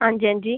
हां जी हां जी